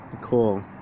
cool